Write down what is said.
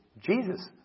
Jesus